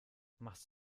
machst